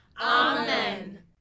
Amen